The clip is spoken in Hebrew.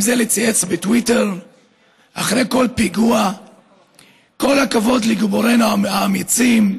האם זה לצייץ בטוויטר אחרי כל פיגוע "כל הכבוד לגיבורינו האמיצים"?